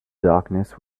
darkness